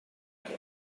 què